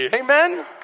Amen